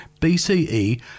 BCE